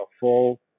full